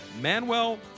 Manuel